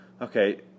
Okay